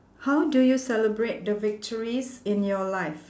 how do you celebrate the victories in your life